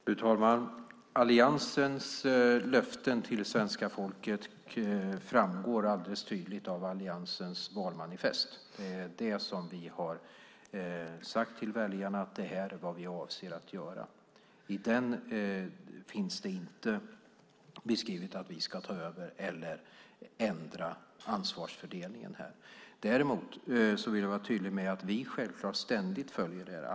Fru talman! Alliansens löften till svenska folket framgår alldeles tydligt av Alliansens valmanifest, alltså det som vi har sagt till väljarna att vi avser att göra. I den finns det inte beskrivet att vi ska ta över eller ändra ansvarsfördelningen här. Däremot vill jag vara tydlig med att vi självklart ständigt följer detta.